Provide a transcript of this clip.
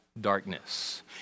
darkness